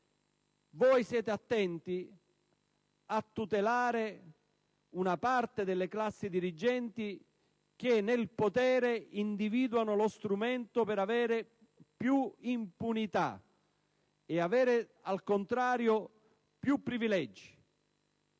voi siete attenti a tutelare una parte delle classi dirigenti che nel potere individuano lo strumento per avere più impunità e nello stesso tempo più privilegi.